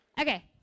Okay